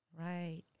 Right